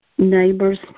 neighbors